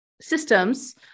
systems